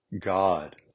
God